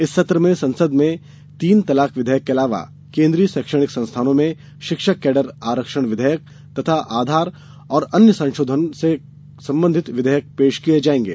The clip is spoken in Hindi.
इस सत्र में संसद में तीन तलाक विधेयक के अलावा केंद्रीय शैक्षणिक संस्थानों में शिक्षक कैडर आरक्षण विधेयक तथा आधार और अन्य संशोधन कानून से संबंधित विधेयक पेश किए जाएंगे